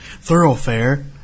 thoroughfare